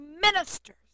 ministers